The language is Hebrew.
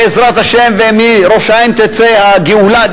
בעזרת השם, ומראש-העין תצא הגאולה.